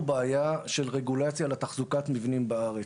בעיה של רגולציה על תחזוקת מבנים בארץ.